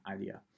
idea